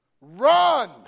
run